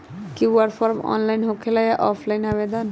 QR form online होकेला कि offline आवेदन?